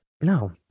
No